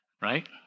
Right